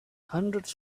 hundreds